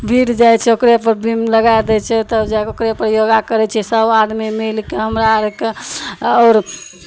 भीर जाइ छै ओकरोपर बीम लगाए दै छै तब जा कऽ योगा करै छियै सभ आदमी मिलि कऽ हमरा अरकेँ आओर